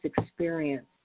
experience